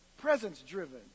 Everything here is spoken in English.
Presence-driven